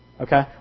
Okay